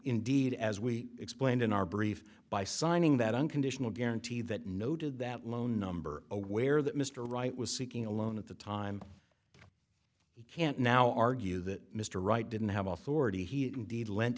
indeed as we explained in our brief by signing that unconditional guarantee that noted that loan number aware that mr wright was seeking a loan at the time he can't now argue that mr wright didn't have authority he indeed lent